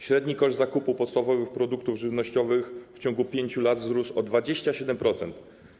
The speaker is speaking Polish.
Średni koszt zakupu podstawowych produktów żywnościowych w ciągu 5 lat wzrósł o 27%.